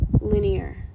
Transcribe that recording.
linear